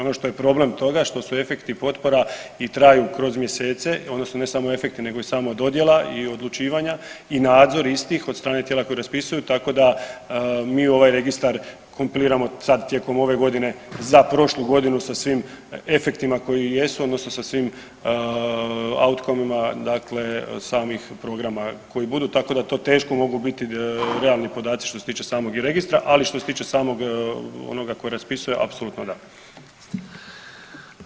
Ono što je problem toga što su efekti potpora i traju kroz mjesece odnosno ne samo efekti nego i sama dodjela i odlučivanja i nadzor istih od strane tijela koji raspisuju, tako da mi u ovaj registar kompiliramo sad tijekom ove godine za prošlu godinu sa svim efektima koji jesu odnosno sa svim autkomima dakle samih programa koji budu, tako da to teško mogu biti realni podaci što se tiče samog i registra, ali što se tiče samog onoga koji raspisuje apsolutno da.